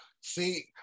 See